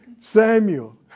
Samuel